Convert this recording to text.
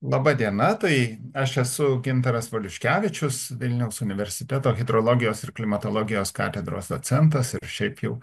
laba diena tai aš esu gintaras valiuškevičius vilniaus universiteto hidrologijos ir klimatologijos katedros docentas ir šiaip jau